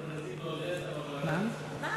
יש נציג מאודסה בוועדה, ז'בוטינסקי.